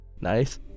Nice